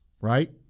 right